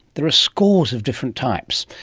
there are scores of different types.